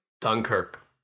Dunkirk